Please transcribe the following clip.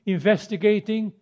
Investigating